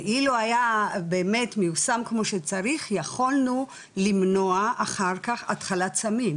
ואילו היה באמת מיושם כמו שצריך יכולנו למנוע אחר כך התחלת סמים.